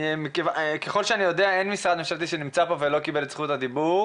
קרן רוט ממשרד החינוך בבקשה.